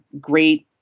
great